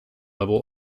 level